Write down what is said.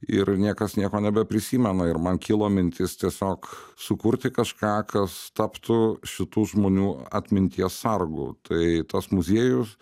ir niekas nieko nebeprisimena ir man kilo mintis tiesiog sukurti kažką kas taptų šitų žmonių atminties sargu tai tas muziejus